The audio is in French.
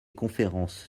conférences